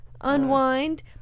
Unwind